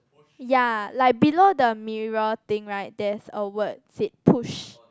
ya like below the mirror thing right there's a word said push